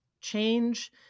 Change